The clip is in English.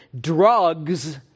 drugs